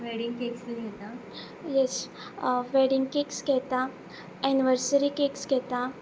wedding cakes बी घेता yes wedding cakes घेता एनवर्सरी केक्स घेता